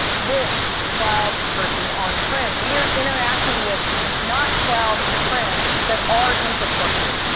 this, cloud versus on-prem, we are interacting with not cloud and prem, but our infrastructure.